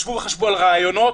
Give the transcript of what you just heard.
ישבו וחשבו על רעיונות?